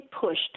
pushed